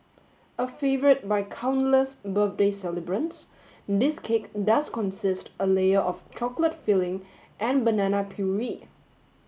a favourite by countless birthday celebrants this cake does consist a layer of chocolate filling and banana puree